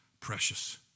precious